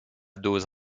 dose